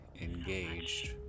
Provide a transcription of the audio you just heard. engaged